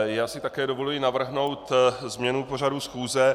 Já si také dovoluji navrhnout změnu pořadu schůze.